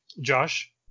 Josh